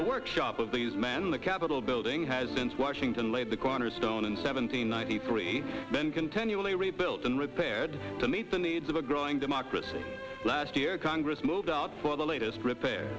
the workshop of these men in the capitol building has been washington laid the cornerstone in seven hundred ninety three been continually rebuilt and repaired to meet the needs of a growing democracy last year congress moved out for the latest repair